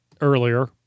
earlier